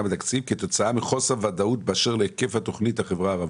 בתקציב כתוצאה מחוסר ודאות באשר להיקף התכנית בחברה הערבית.